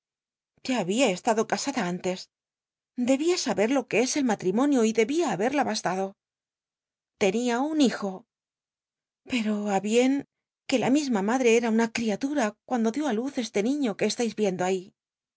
ya babia estado casada antes debin saber lo que es el matrimonio y dobia haberla bastado tenia un hij o pero á bien que la misma madre era una cl'iatura cuando dió á luz este niño que estais viendo ahi